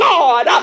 God